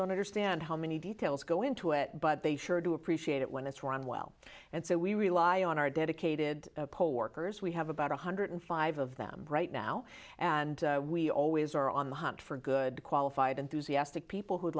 don't understand how many details go into it but they sure do appreciate it when it's run well and so we rely on our dedicated poll workers we have about one hundred five of them right now and we always are on the hunt for good qualified enthusiastic people who